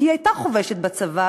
כי היא הייתה חובשת בצבא,